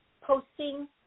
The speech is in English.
posting